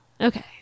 Okay